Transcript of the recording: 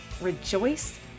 rejoice